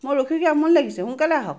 মই ৰখি ৰখি আমনি লাগিছে সোনকালে আহক